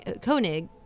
Koenig